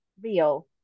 real